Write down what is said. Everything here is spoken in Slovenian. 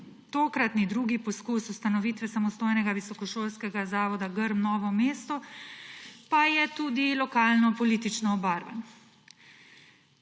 Tokratni drugi poskus ustanovitve samostojnega Visokošolskega zavoda Grm Novo mesto, pa je tudi lokalno politično obarvan.